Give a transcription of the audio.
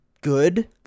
good